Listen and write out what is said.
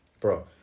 Bro